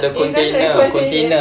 inside the container